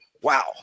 Wow